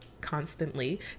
Constantly